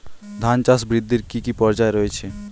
ধান চাষ বৃদ্ধির কী কী পর্যায় রয়েছে?